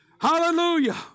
Hallelujah